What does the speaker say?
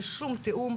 אין שום תיאום.